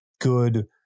good